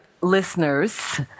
listeners